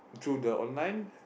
through the online